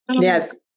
Yes